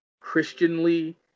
Christianly